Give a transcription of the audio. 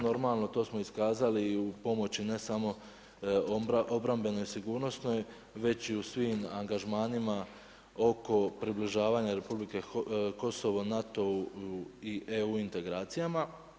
Normalno to smo iskazali i u pomoći, ne samo obrambenoj, sigurnosnoj, već i u svim angažmanima ko približavanje Republike Kosovo, NATO-u i integracijama.